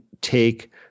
take